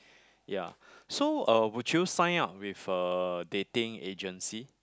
ya so uh would you sign up with a dating agency